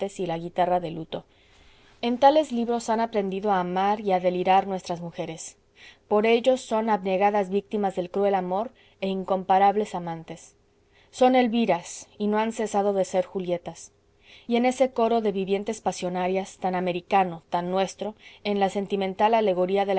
y la guitarra de luto en tales libros han aprendido a amar y a delirar nuestras mujeres por ellos son abnegadas víctimas del cruel amor e incomparables amantes son elviras y no han cesado de ser julietas y en ese coro de vivientes pasionarias tan americano tan nuestro en la sentimental alegoría de